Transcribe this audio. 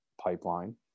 pipeline